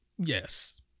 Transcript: Yes